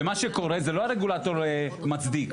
ומה שקורה זה לא הרגולטור מצדיק.